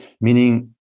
Meaning